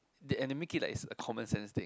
they and they make it like it's a common sense thing